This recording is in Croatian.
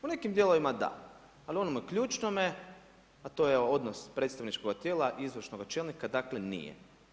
U nekim dijelovima da, ali u onom ključnome a to je odnos predstavničkoga tijela, izvršnoga čelnika, dakle nije.